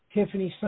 Tiffany